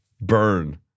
burn